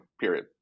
period